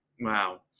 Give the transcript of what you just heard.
Wow